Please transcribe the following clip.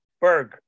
Berg